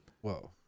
Whoa